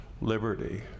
liberty